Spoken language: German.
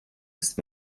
ist